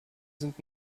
sind